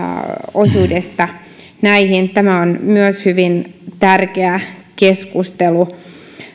osuudesta näihin tämä on myös hyvin tärkeä keskustelu